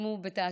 הושמו בתעסוקה.